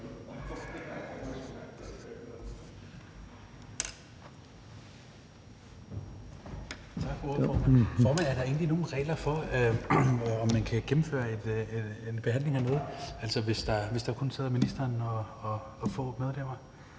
Er der egentlig til nogen regler for, om man kan gennemføre behandlingen i et møde, hvis der kun sidder ministeren og få medlemmer?